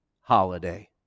holiday